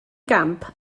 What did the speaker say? gamp